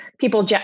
people